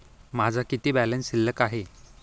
माझा किती बॅलन्स शिल्लक आहे?